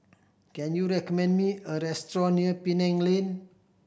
can you recommend me a restaurant near Penang Lane